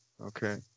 okay